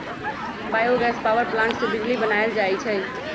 bio gas power plant से बिजली बनाएल जाइ छइ